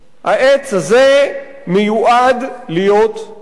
העץ הזה מיועד להיות כרות,